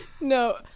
No